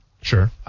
Sure